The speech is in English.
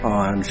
on